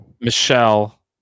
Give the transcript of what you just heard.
Michelle